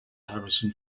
harrison